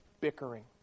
bickering